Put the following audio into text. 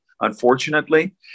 unfortunately